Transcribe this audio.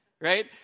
right